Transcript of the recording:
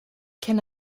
can